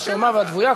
השוממה והדוויה.